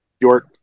York